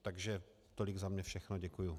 Takže tolik za mě všechno, děkuji.